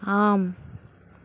ஆம்